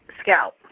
scalp